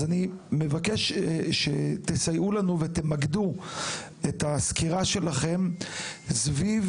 אני מבקש שתסייעו לנו ותמקדו את הסקירה שלכם סביב